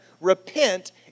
repent